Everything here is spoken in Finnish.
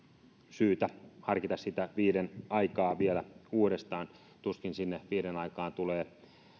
syytä harkita sitä kello viiden aikaa vielä uudestaan tuskin sinne viiden aikaan tulee